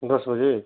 दस बजे